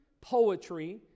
poetry